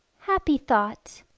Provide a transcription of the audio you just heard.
happy thought